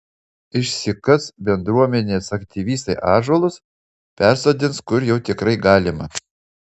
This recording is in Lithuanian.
išsikas bendruomenės aktyvistai ąžuolus persodins kur jau tikrai galima